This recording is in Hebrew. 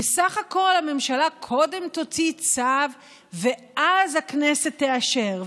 בסך הכול הממשלה קודם תוציא צו ואז הכנסת תאשר,